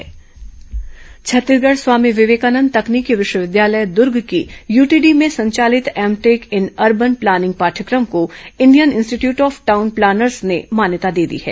तकनीकी विवि मान्यता छत्तीसगढ़ स्वामी विवेकानंद तकनीकी विश्वविद्यालय दुर्ग की यूटीडी में संचालित M tech in urban planning पाठयक्रम को Indian institute of town planners ने मान्यता दे दी है